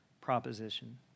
proposition